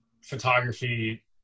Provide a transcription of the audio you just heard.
photography